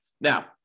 Now